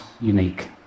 unique